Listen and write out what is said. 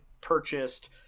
purchased